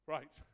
Right